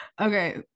Okay